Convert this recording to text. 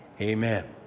Amen